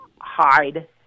hide